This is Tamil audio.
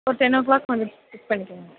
ஒரு டென் ஓ க்ளாக் வந்து பிக் பண்ணிக்கோங்க